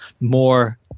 more